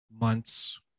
months